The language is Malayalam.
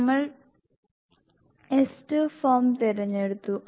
നമ്മൾ S2 ഫോം തിരഞ്ഞെടുത്തു